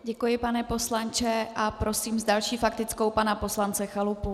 Děkuji, pane poslanče, a prosím s další faktickou pana poslance Chalupu.